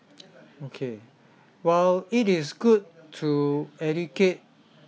okay while it is good to educate